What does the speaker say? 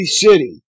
city